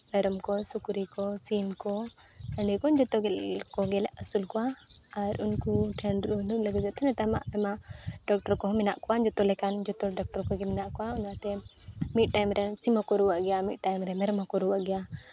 ᱢᱮᱨᱚᱢ ᱠᱚ ᱥᱩᱠᱨᱤ ᱠᱚ ᱥᱤᱢ ᱠᱚ ᱥᱟᱺᱰᱤ ᱠᱚ ᱡᱚᱛᱚ ᱜᱮᱞᱮ ᱟᱹᱥᱩᱞ ᱠᱚᱣᱟ ᱟᱨ ᱩᱱᱠᱩ ᱴᱷᱮᱱ ᱰᱚᱠᱴᱚᱨ ᱠᱚᱦᱚᱸ ᱢᱮᱱᱟᱜ ᱠᱚᱣᱟ ᱡᱚᱛᱚ ᱞᱮᱠᱟᱱ ᱡᱚᱛᱚ ᱰᱟᱠᱴᱚᱨ ᱠᱚᱜᱮ ᱢᱮᱱᱟᱜ ᱠᱚᱣᱟ ᱚᱱᱟᱛᱮ ᱢᱤᱫ ᱴᱟᱭᱤᱢ ᱨᱮ ᱥᱤᱢ ᱦᱚᱸᱠᱚ ᱨᱩᱣᱟᱹᱜ ᱜᱮᱭᱟ ᱢᱤᱫ ᱴᱟᱭᱤᱢ ᱨᱮ ᱢᱮᱨᱚᱢ ᱦᱚᱸᱠᱚ ᱨᱩᱣᱟᱹᱜ ᱜᱮᱭᱟ